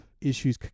issues